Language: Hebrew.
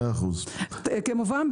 כמובן,